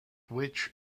which